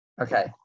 Okay